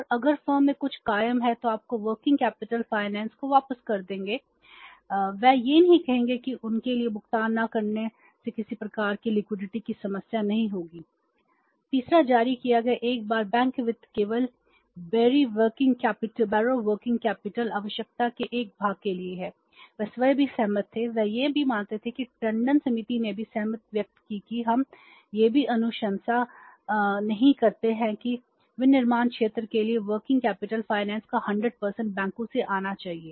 और अगर फर्म में कुछ कायम है तो वे आपके वर्किंग कैपिटल फाइनेंस का 100 बैंकों से आना चाहिए